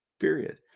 period